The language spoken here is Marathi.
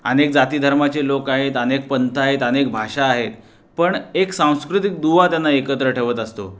अनेक जाती धर्माचे लोक आहेत अनेक पंथ आहेत अनेक भाषा आहेत पण एक सांस्कृतिक दुवा त्यांना एकत्र ठेवत असतो